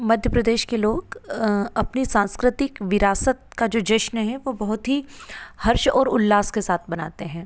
मध्य प्रदेश के लोग अपनी सांस्कृतिक विरासत का जो जश्न है वो बहुत ही हर्ष और उल्लास के साथ मनाते हैं